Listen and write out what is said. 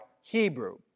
Hebrew